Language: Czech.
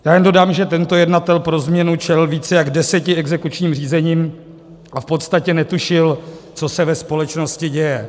Já jenom dodám, že tento jednatel pro změnu čelil více jak deseti exekučním řízením a v podstatě netušil, co se ve společnosti děje.